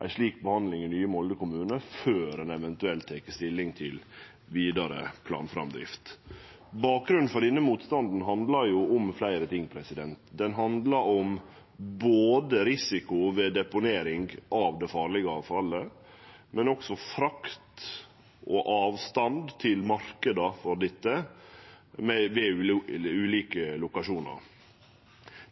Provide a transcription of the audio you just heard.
ei slik behandling i nye Molde kommune før ein eventuelt tek stilling til vidare planframdrift. Bakgrunnen for denne motstanden handlar om fleire ting. Det handlar både om risiko ved deponering av det farlege avfallet og om frakt og avstand frå lokasjonane til marknaden for dette.